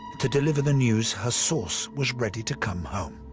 to deliver the news her source was ready to come home.